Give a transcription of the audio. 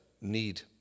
need